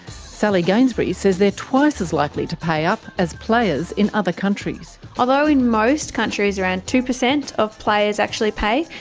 sally gainsbury says they're twice as likely to pay up as players in other countries. although in most countries around two percent of players actually pay,